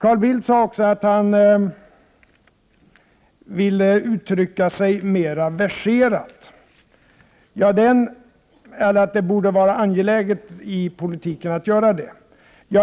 Carl Bildt sade att han ville uttrycka sig mera verserat. Ja, det borde vara angeläget i politiken att göra så.